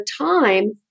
time